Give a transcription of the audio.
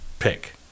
pick